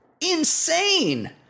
Insane